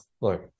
look